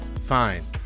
fine